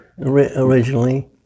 Originally